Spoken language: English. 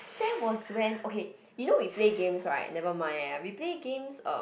that was when okay you know we play games right never mind eh we play games(um)